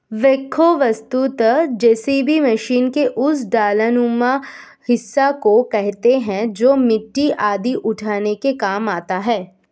backhoe वस्तुतः JCB machine के उस डालानुमा हिस्सा को कहते हैं जो मिट्टी आदि उठाने के काम आता है